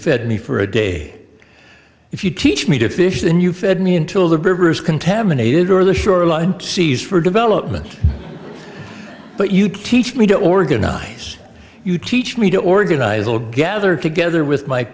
feed me for a day if you teach me to fish than you fed me until the river is contaminated or the shoreline sees for development but you keep me to organize you teach me to organize all gather together with my